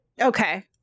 Okay